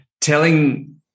telling